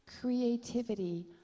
creativity